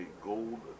gold